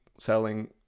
selling